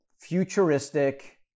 futuristic